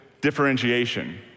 differentiation